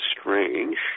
strange